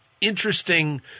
interesting